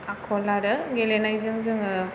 आखल आरो गेलेनायजों जोङो